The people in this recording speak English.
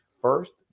first